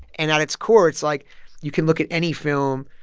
and at its core, it's like you can look at any film.